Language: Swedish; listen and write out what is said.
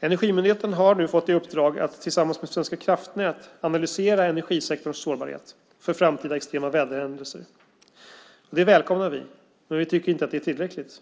Energimyndigheten har nu fått i uppdrag att tillsammans med Svenska kraftnät analysera energisektorns sårbarhet inför framtida extrema väderhändelser. Det välkomnar vi, men vi tycker inte att det är tillräckligt.